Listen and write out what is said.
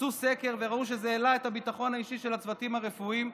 עשו סקר וראו שזה העלה את הביטחון האישי של הצוותים הרפואיים.